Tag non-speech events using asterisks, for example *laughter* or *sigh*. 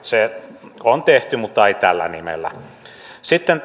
se on tehty mutta ei tällä nimellä sitten *unintelligible*